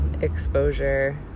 exposure